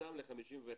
צומצם ל-51 מיליון,